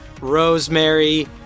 rosemary